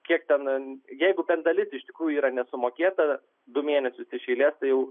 kiek ten jeigu bent dalis iš tikrųjų yra nesumokėta du mėnesius iš eilės tai jau